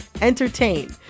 entertain